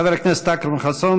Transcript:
חבר הכנסת אכרם חסון,